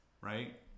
Right